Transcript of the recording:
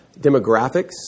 demographics